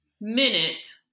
minute